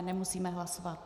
Nemusíme hlasovat.